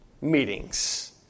meetings